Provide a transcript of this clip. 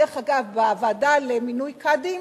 דרך אגב, בוועדה למינוי קאדים